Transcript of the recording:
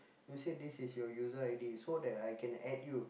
you say this is your user I_D so that I can add you